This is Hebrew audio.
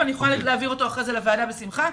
אבל אני יכולה להעביר אותו אחר כך לוועדה בשמחה.